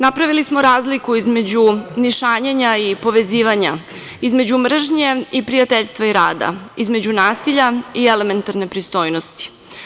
Napravili smo razliku između nišanjenja i povezivanja, između mržnje i prijateljstva i rada, između nasilja i elementarne pristojnosti.